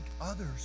others